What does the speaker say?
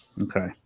Okay